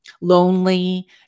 lonely